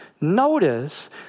notice